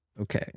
Okay